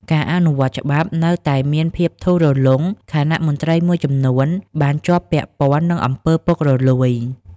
ការអនុវត្តច្បាប់នៅតែមានភាពធូររលុង ខណៈមន្ត្រីមួយចំនួនបានជាប់ពាក់ព័ន្ធនឹងអំពើពុករលួយ។